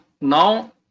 Now